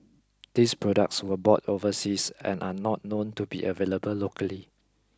these products were bought overseas and are not known to be available locally